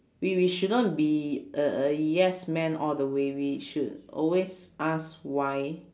we we shouldn't be a a yes man all the way we should always ask why